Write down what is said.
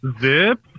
Zip